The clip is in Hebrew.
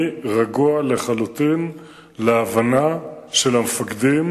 אני רגוע לחלוטין לגבי ההבנה של המפקדים